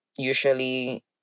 Usually